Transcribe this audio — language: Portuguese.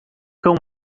cão